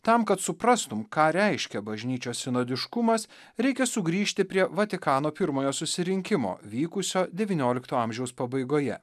tam kad suprastum ką reiškia bažnyčios sinodiškumas reikia sugrįžti prie vatikano pirmojo susirinkimo vykusio devyniolikto amžiaus pabaigoje